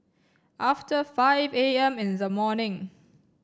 after five A M in the morning